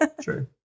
true